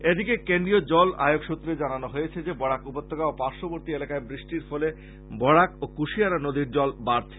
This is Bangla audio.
এদিকে কেন্দ্রীয় জল আয়োগ সূত্রে জানানো হয়েছে যে বরাক উপত্যকা ও পাশ্ববর্ত্তী এলাকায় বৃষ্টির ফলে বরাক ও কুশিয়ারা নদীর জল বাড়ছে